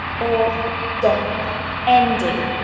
or d ending.